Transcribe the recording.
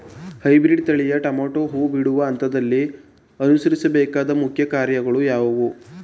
Hybrid ತಳಿಯ tomato ಹೂ ಬಿಡುವ ಹಂತದಲ್ಲಿ ಅನುಸರಿಸಬೇಕಾದ ಮುಖ್ಯ ಕ್ರಮಗಳು ಯಾವುವು?